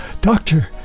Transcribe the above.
Doctor